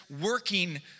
working